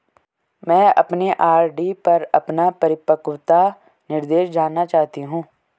मैं अपने आर.डी पर अपना परिपक्वता निर्देश जानना चाहती हूँ